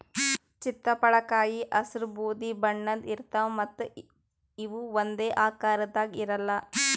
ಚಿತ್ತಪಳಕಾಯಿ ಹಸ್ರ್ ಬೂದಿ ಬಣ್ಣದ್ ಇರ್ತವ್ ಮತ್ತ್ ಇವ್ ಒಂದೇ ಆಕಾರದಾಗ್ ಇರಲ್ಲ್